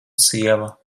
sieva